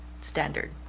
standard